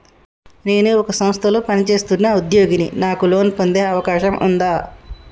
నేను ఒక సంస్థలో పనిచేస్తున్న ఉద్యోగిని నాకు లోను పొందే అవకాశం ఉందా?